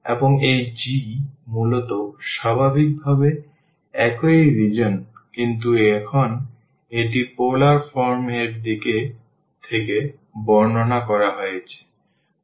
এবং এই G মূলত স্বাভাবিকভাবে একই রিজিওন কিন্তু এখন এটি পোলার ফর্ম এর দিক থেকে বর্ণনা করা হয়েছে